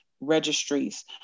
registries